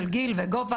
של גיל וגובה,